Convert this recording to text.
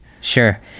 Sure